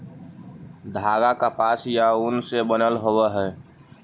धागा कपास या ऊन से बनल होवऽ हई